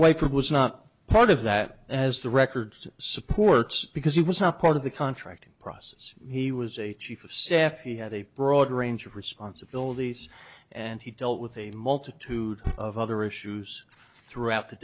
for was not part of that as the records supports because he was not part of the contracting process he was a chief of staff he had a broad range of responsibilities and he dealt with a multitude of other issues throughout the